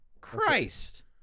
Christ